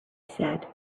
said